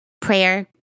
prayer